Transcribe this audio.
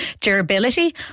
Durability